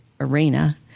arena